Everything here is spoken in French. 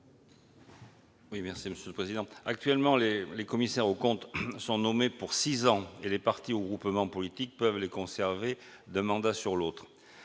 à M. Jean-Pierre Grand. Actuellement, les commissaires aux comptes sont nommés pour six ans et les partis ou groupements politiques peuvent les conserver d'un mandat à l'autre.